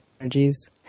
energies